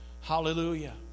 hallelujah